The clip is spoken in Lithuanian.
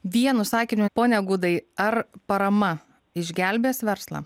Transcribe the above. vienu sakiniu pone gudai ar parama išgelbės verslą